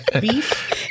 beef